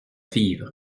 vivre